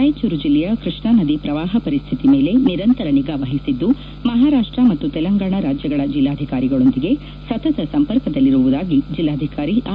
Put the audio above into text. ರಾಯಚೂರು ಜಿಲ್ಲೆಯ ಕೃಷ್ಣಾನದಿ ಪ್ರವಾಹ ಪರಿಸ್ಡಿತಿ ಮೇಲೆ ನಿರಂತರ ನಿಗಾವಹಿಸಿದ್ದು ಮಹಾರಾಷ್ಟ ಮತ್ತು ತೆಲಂಗಾಣಾ ರಾಜ್ಯಗಳ ಜಿಲ್ಲಾಧಿಕಾರಿಗಳೊಂದಿಗೆ ಸತತ ಸಂಪರ್ಕದಲ್ಲಿರುವುದಾಗಿ ಜಿಲ್ವಾಧಿಕಾರಿ ಆರ್